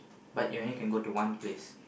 but you only can go to one place